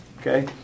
Okay